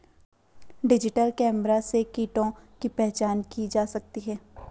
digital camera से कीटों की पहचान की जा सकती है